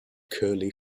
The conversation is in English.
curly